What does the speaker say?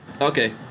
Okay